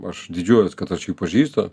aš didžiuojuos kad aš jį pažįstu